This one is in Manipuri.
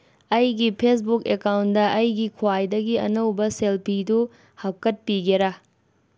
ꯑꯩꯒꯤ ꯐꯦꯁꯕꯨꯛ ꯑꯦꯀꯥꯎꯟꯗ ꯑꯩꯒꯤ ꯈ꯭ꯋꯥꯏꯗꯒꯤ ꯑꯅꯧꯕ ꯁꯦꯜꯐꯤꯗꯨ ꯍꯥꯞꯀꯠꯄꯤꯒꯦꯔꯥ